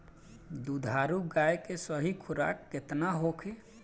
दुधारू गाय के सही खुराक केतना होखे?